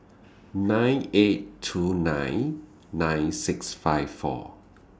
nine eight two nine nine six five four